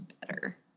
better